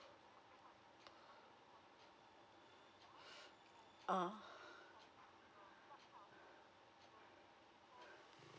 ah